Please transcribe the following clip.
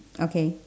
okay